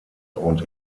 und